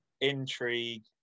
intrigue